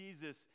Jesus